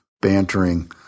bantering